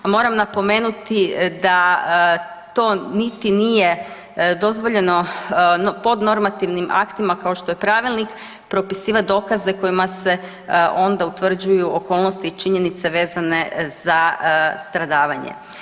Moram napomenuti da to niti nije dozvoljeno podnormativnim aktima kao što je pravilnika propisivati dokaze kojima se onda utvrđuju okolnosti i činjenice vezane za stradavanje.